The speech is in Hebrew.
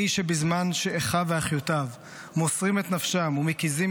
מי שבזמן שאחיו ואחיותיו מוסרים את נפשם ומקיזים